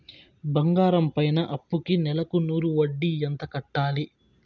బంగారం పైన అప్పుకి నెలకు నూరు వడ్డీ ఎంత కట్టాలి?